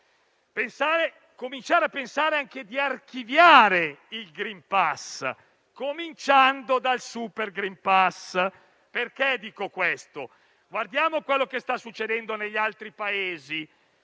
cominciare a pensare di archiviare il *green pass*, cominciando dal *super green pass*. Perché dico questo? Guardiamo a ciò che sta succedendo negli altri Paesi,